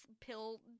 pill